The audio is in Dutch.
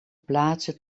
plaatse